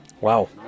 Wow